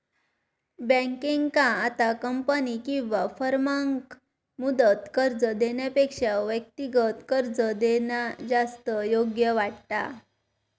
बँकेंका आता कंपनी किंवा फर्माक मुदत कर्ज देण्यापेक्षा व्यक्तिगत कर्ज देणा जास्त योग्य वाटता